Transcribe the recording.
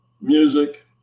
Music